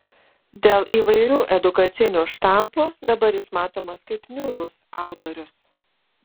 dėl įvairių edukacinių štampų dabar jis matomas kaip niūrus autorius